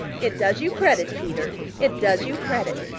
it does you credit, peter. it does you credit.